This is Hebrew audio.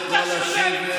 אתה כתם.